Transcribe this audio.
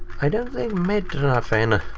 i don't think mednafen